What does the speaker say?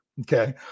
Okay